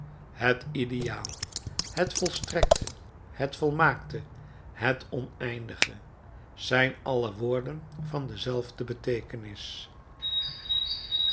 het ideaal het volstrekte het volmaakte het oneindige zijn alle woorden van dezelfde beteekenis